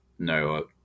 no